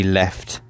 left